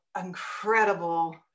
incredible